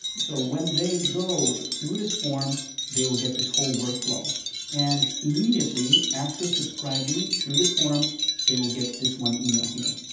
so when they go through this form they will get this whole workflow and immediately after subscribing through this form they will get this one email here.